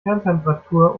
kerntemperatur